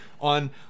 on